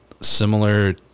similar